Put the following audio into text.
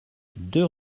deux